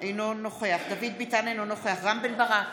אינו נוכח דוד ביטן, אינו נוכח רם בן ברק,